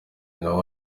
naho